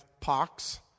pox